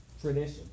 tradition